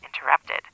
interrupted